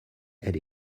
elle